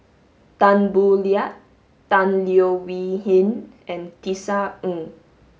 Tan Boo Liat Tan Leo Wee Hin and Tisa Ng